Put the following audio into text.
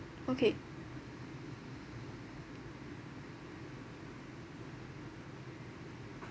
okay